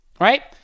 Right